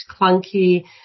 clunky